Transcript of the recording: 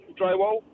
drywall